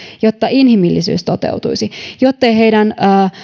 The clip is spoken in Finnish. jotta inhimillisyys toteutuisi jottei heidän